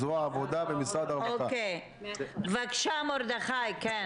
ועבודה, מבקשת לדעת.